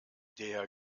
der